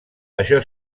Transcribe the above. això